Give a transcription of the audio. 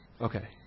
Okay